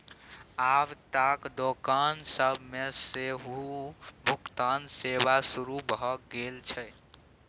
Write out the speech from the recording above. आब त दोकान सब मे सेहो भुगतान सेवा शुरू भ गेल छै